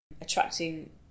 attracting